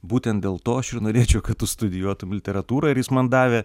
būtent dėl to aš ir norėčiau kad tu studijuotum literatūrą ir jis man davė